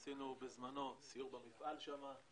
עשינו בזמנו סיור במפעל שם.